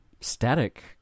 static